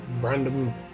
random